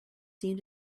seem